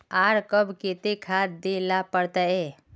आर कब केते खाद दे ला पड़तऐ?